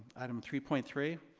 item three point three,